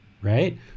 Right